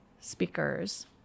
speakers